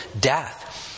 death